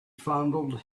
fondled